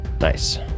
nice